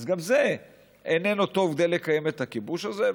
אז גם זה לא טוב כדי לקיים את הכיבוש הזה,